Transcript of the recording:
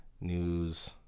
News